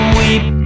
weep